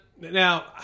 now